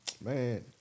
Man